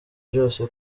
byose